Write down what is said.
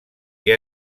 què